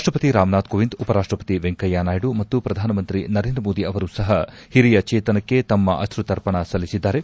ರಾಷ್ಲಪತಿ ರಾಮ್ನಾಥ್ ಕೋವಿಂದ್ ಉಪರಾಷ್ಲಪತಿ ವೆಂಕಯ್ಲನಾಯ್ಲ ಮತ್ತು ಪ್ರಧಾನಮಂತ್ರಿ ನರೇಂದ್ರ ಮೋದಿ ಅವರೂ ಸಪ ಹಿರಿಯ ಚೇತನಕ್ಕೆ ತಮ್ನ ಅಶ್ರುತರ್ಪಣ ಸಲ್ಲಿಸಿದ್ದಾರೆ